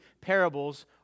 parables